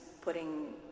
putting